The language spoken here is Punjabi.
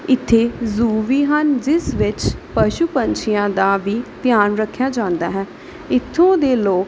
ਇੱਥੇ ਜ਼ੂ ਵੀ ਹਨ ਜਿਸ ਵਿੱਚ ਪਸ਼ੂ ਪੰਛੀਆਂ ਦਾ ਵੀ ਧਿਆਨ ਰੱਖਿਆ ਜਾਂਦਾ ਹੈ ਇੱਥੋਂ ਦੇ ਲੋਕ